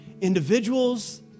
individuals